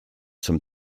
zum